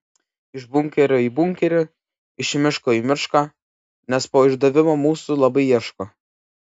iš bunkerio į bunkerį iš miško į mišką nes po išdavimo mūsų labai ieško